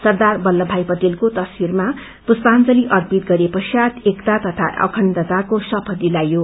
सरवार बल्लभभाई पटेलको तस्वीरमा पुष्पांजली अर्पित गरिए पश्चात एकता तथा अखण्डताको शपथ लिइयो